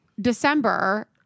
December